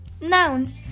Noun